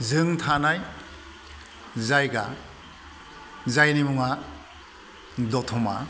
जों थानाय जायगा जायनि मुङा दतमा